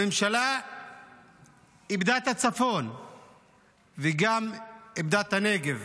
הממשלה איבדה את הצפון וגם איבדה את הנגב.